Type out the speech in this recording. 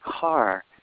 car